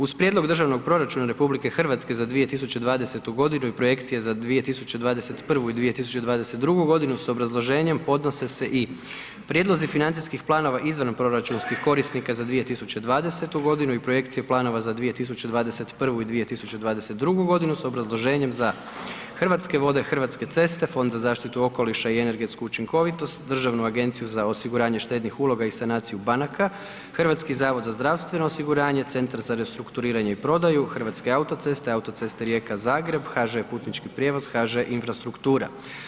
Uz Prijedlog Državnog proračuna RH za 2020. g. i projekcije za 2021. i 2022. g. s obrazloženjem podnose se i Prijedlozi financijskih planova izvanproračunskih korisnika za 2020. i projekcija planova za 2021. i 2022. godinu s obrazloženjem, za: - Hrvatske vode - Hrvatske ceste - Fond za zaštitu okoliša i energetsku učinkovitost - Državnu agenciju za osiguranje štednih uloga i sanaciju banaka - Hrvatski zavod za zdravstveno osiguranje - Centar za restrukturiranje i prodaju - Hrvatske autoceste - Autoceste Rijeka – Zagreb - HŽ Putnički prijevoz - HŽ Infrastruktura.